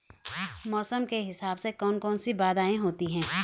मौसम के हिसाब से कौन कौन सी बाधाएं होती हैं?